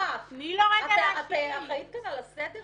אני רוצה להבין, את אחראית כאן על הסדר?